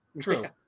True